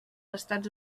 estats